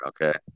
Okay